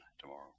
tomorrow